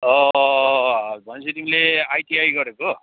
भनेपछि तिमीले आइटिआई गरेको